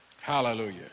Hallelujah